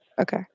Okay